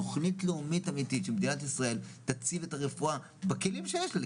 תכנית לאומית אמיתית שמדינת ישראל תציב את הרפואה בכלים שיש לה,